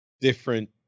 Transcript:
different